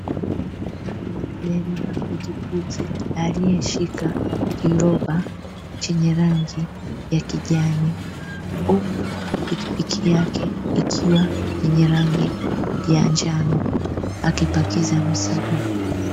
Dereva pikipiki aliyeshika kiroba chenye rangi ya kijani, huku pikipiki yake ikiwa yenye rangi ya njano, akipakiza mzigo.